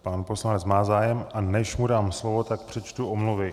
Pan poslanec má zájem, a než mu dám slovo, tak přečtu omluvy.